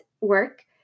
work